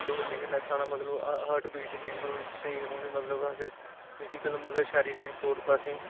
दौड़ने कन्नै साढ़ा मतलब हर्ट बीट जेहड़ी ऐ ओह् स्हेई रौहनी मतलब अस फिजीकल शररिक तौर उप्पर असें